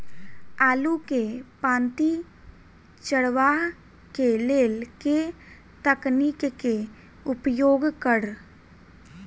आलु केँ पांति चरावह केँ लेल केँ तकनीक केँ उपयोग करऽ?